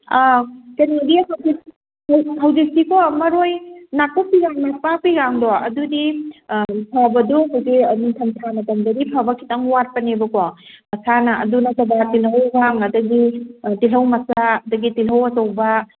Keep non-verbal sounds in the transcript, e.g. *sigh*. ꯑꯥ ꯀꯩꯅꯣꯗꯤ *unintelligible* ꯍꯧꯖꯤꯛꯇꯤꯀꯣ ꯃꯔꯣꯏ ꯅꯥꯀꯨꯞꯄꯤꯒ ꯅꯥꯄꯥꯛꯄꯤꯒꯗꯣ ꯑꯗꯨꯗꯤ ꯐꯕꯗꯨ ꯀꯩꯁꯨ ꯅꯤꯡꯊꯝꯊꯥ ꯃꯇꯝꯗꯗꯤ ꯐꯕ ꯈꯤꯇꯪ ꯋꯥꯠꯄꯅꯦꯕꯀꯣ ꯃꯁꯥꯅ ꯑꯗꯨ ꯅꯠꯇꯕ ꯇꯤꯜꯍꯧꯒ *unintelligible* ꯇꯤꯜꯍꯧ ꯃꯆꯥ ꯑꯗꯒꯤ ꯇꯤꯜꯍꯧ ꯑꯆꯧꯕ